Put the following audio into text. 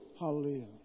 Hallelujah